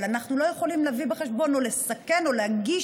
אבל אנחנו לא יכולים להביא בחשבון או לסכן או להגיש